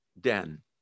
den